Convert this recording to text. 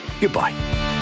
Goodbye